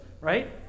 right